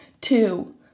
Two